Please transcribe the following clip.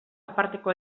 aparteko